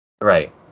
Right